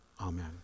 Amen